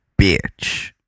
bitch